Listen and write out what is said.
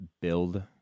build